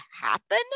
happen